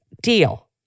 deal